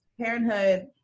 parenthood